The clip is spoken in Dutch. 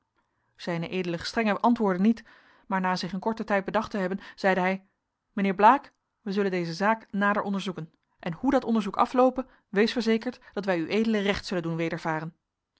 z ed gestr antwoordde niet maar na zich een korten tijd bedacht te hebben zeide hij mijnheer blaek wij zullen deze zaak nader onderzoeken en hoe dat onderzoek afloope wees verzekerd dat wij ued recht zullen doen